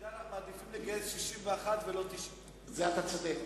שתדע שאנחנו מעדיפים לגייס 61 ולא 90. בזה אתה צודק.